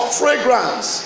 fragrance